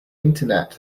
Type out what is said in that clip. internet